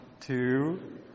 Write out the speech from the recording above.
two